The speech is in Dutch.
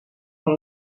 van